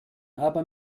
aber